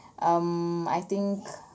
um I think